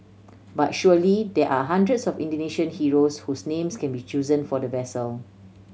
but surely there are hundreds of Indonesian heroes whose names can be chosen for the vessel